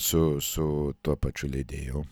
su su tuo pačiu leidėju